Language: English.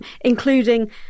including